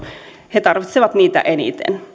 he tarvitsevat niitä eniten